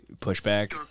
Pushback